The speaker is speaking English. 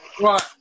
Right